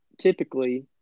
typically